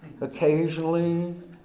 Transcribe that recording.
Occasionally